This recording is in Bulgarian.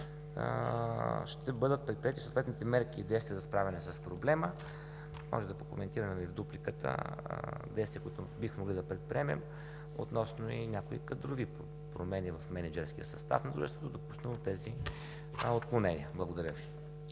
ще бъдат предприети съответните мерки и действия за справяне с проблема – може да коментираме в дупликата – действия, които бихме могли да предприемем и относно някои кадрови промени в мениджърския състав на дружеството, допуснало тези отклонения. Благодаря Ви.